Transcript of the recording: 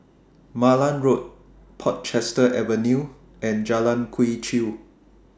Malan Road Portchester Avenue and Jalan Quee Chew